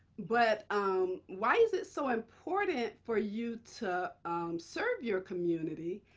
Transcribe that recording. but um why is it so important for you to serve your community?